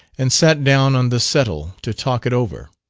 and sat down on the settle to talk it over.